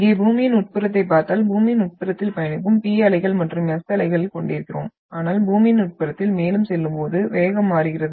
இங்கே பூமியின் உட்புறத்தைப் பார்த்தால் பூமியின் உட்புறத்தில் பயணிக்கும் P அலைகள் மற்றும் S அலைகளை கொண்டிருக்கிறோம் ஆனால் பூமியின் உட்புறத்தில் மேலும் செல்லும்போது வேகம் மாறுகிறது